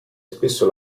spesso